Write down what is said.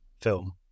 film